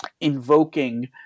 invoking